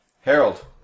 Harold